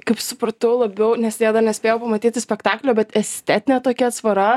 kaip supratau labiau nes dar nespėjau pamatyti spektaklio bet estetinė tokia atsvara